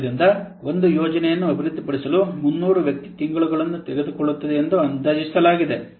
ಆದ್ದರಿಂದ ಒಂದು ಯೋಜನೆಯನ್ನು ಅಭಿವೃದ್ಧಿಪಡಿಸಲು 300 ವ್ಯಕ್ತಿ ತಿಂಗಳುಗಳನ್ನು ತೆಗೆದುಕೊಳ್ಳುತ್ತದೆ ಎಂದು ಅಂದಾಜಿಸಲಾಗಿದೆ